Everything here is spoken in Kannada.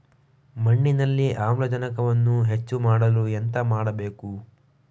ಮಣ್ಣಿನಲ್ಲಿ ಆಮ್ಲಜನಕವನ್ನು ಹೆಚ್ಚು ಮಾಡಲು ಎಂತ ಮಾಡಬೇಕು?